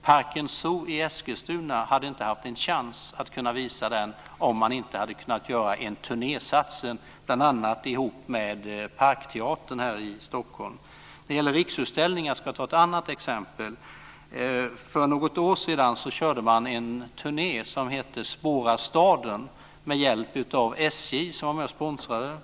Parken Zoo i Eskilstuna hade inte haft en chans att visa den, om man inte kunnat göra en turnésatsning, bl.a. tillsammans med Parkteatern i Stockholm. För något år sedan gjorde Riksutställningar en turné som hette Spåra staden, som bl.a. SJ var med och sponsrade.